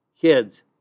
kids